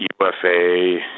UFA